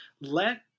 Let